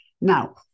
Now